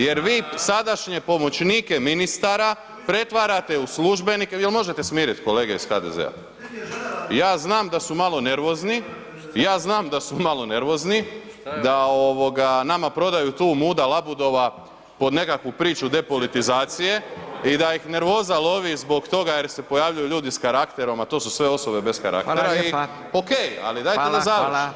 Jer vi sadašnje pomoćnike ministara pretvarate u službenike, jer možete smirit kolege iz HDZ-a, ja znam da su malo nervozni, ja znam da su malo nervozni da ovoga nama prodaju tu muda labudova pod nekakvu priču depolitizacije i a ih nervoza lovi zbog toga jer se pojavljuju ljudi s karakterom, a to su sve osobe bez karaktera i ok [[Upadica: Hvala lijepa, hvala, hvala.]] ali dajete da završim.